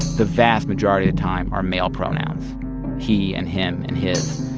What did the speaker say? the vast majority of time are male pronouns he and him and his.